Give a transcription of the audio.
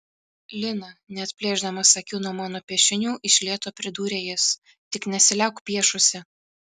lina neatplėšdamas akių nuo mano piešinių iš lėto pridūrė jis tik nesiliauk piešusi